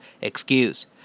excuse